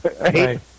Right